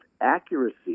accuracy